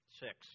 six